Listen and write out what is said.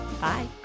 Bye